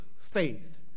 faith